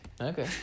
Okay